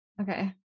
Okay